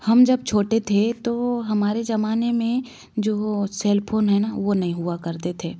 हम जब छोटे थे तो हमारे जमाने में जो सेल फोन है ना वो नहीं हुआ करते थे